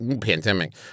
pandemic